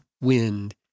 wind